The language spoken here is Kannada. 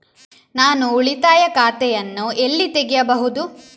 ನಾನು ಉಳಿತಾಯ ಖಾತೆಯನ್ನು ಎಲ್ಲಿ ತೆಗೆಯಬಹುದು?